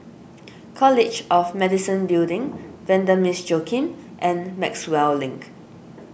College of Medicine Building Vanda Miss Joaquim and Maxwell Link